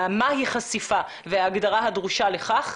על מהי חשיפה וההגדרה הדרושה לכך.